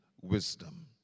wisdom